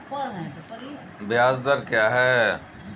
ब्याज दर क्या है?